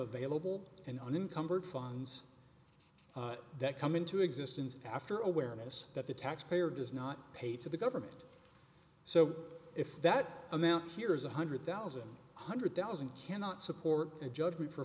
available and on incumbent funds that come into existence after awareness that the taxpayer does not pay to the government so if that amount here is one hundred thousand one hundred thousand cannot support a judgment for